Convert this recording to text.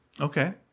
Okay